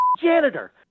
janitor